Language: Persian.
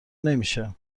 نمیشه